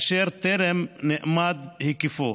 אשר טרם נאמד היקפו.